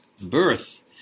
birth